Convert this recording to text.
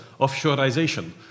offshoreization